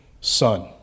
Son